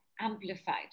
amplified